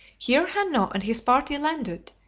here hanno and his party landed,